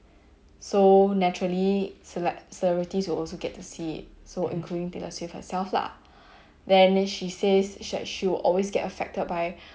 so naturally celeb~ celebrities will also get to see so including taylor swift herself lah then she says like she will always get affected by